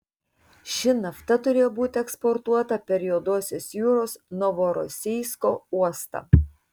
ši nafta turėjo būti eksportuota per juodosios jūros novorosijsko uostą